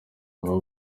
baba